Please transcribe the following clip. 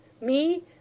Me